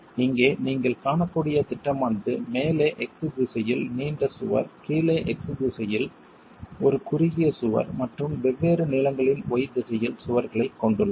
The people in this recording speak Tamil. இங்கே நீங்கள் காணக்கூடிய திட்டமானது மேலே x திசையில் நீண்ட சுவர் கீழே x திசையில் ஒரு குறுகிய சுவர் மற்றும் வெவ்வேறு நீளங்களின் y திசையில் சுவர்களைக் கொண்டுள்ளது